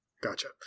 Gotcha